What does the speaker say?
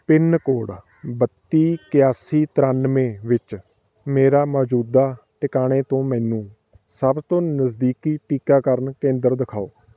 pin code ਬੱਤੀ ਇਕਾਸੀ ਤਰਾਨਵੇਂ ਵਿੱਚ ਮੇਰਾ ਮੌਜੂਦਾ ਟਿਕਾਣੇ ਤੋਂ ਮੈਨੂੰ ਸਭ ਤੋਂ ਨਜ਼ਦੀਕੀ ਟੀਕਾਕਰਨ ਕੇਂਦਰ ਦਿਖਾਓ